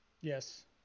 Yes